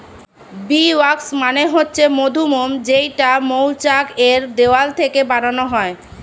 bee wax মানে হচ্ছে মধুমোম যেইটা মৌচাক এর দেওয়াল থেকে বানানো হয়